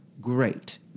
Great